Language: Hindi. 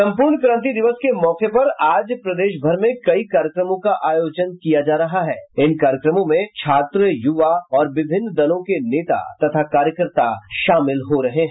सम्पूर्ण क्रांति दिवस के मौके पर आज प्रदेश भर में कई कार्यक्रमों का आयोजन किया जा रहा है जिसमें छात्र युवा और विभिन्न दलों के नेता तथा कार्यकर्ता शामिल हो रहे हैं